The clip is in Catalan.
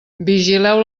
vigileu